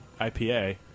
IPA